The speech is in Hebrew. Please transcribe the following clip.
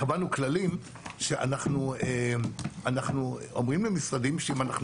קבענו כללים שאנחנו אומרים למשרדים שאם אנחנו